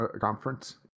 conference